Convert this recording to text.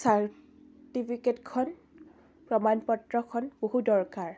চাৰ্টিফিকেটখন প্ৰমাণপত্ৰখন বহুত দৰকাৰ